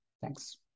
Thanks